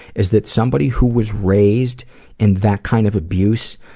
is that somebody who was raised in that kind of abuse,